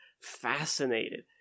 fascinated